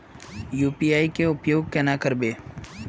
UPI के उपयोग केना करबे?